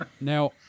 Now